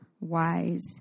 Wise